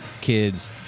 kids